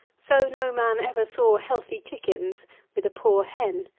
so no man ever saw healthy chickens with a poor hen.